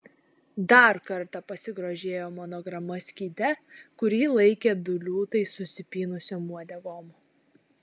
dar kartą pasigrožėjo monograma skyde kurį laikė du liūtai susipynusiom uodegom